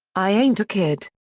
i ain't a kid.